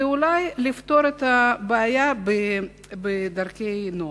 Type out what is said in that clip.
ואולי לפתור את הבעיה בדרכי נועם.